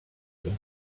you